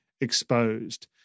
Exposed